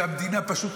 והמדינה פשוט.